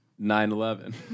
9-11